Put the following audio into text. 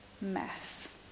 mess